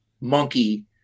monkey